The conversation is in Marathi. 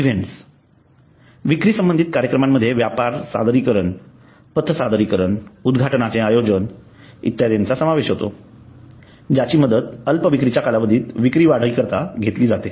इव्हेंट्स विक्री संबंधित कार्यक्रमांमध्ये व्यापार सादरीकरण पथ सादरीकरण उद्घाटनाचे आयोजन इत्यादींचा समावेश होतो ज्यांची मदत अल्प विक्रीच्या कालावधीत विक्री वाढीकरता घेतली जाते